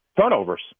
Turnovers